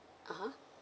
(uh huh)